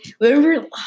Remember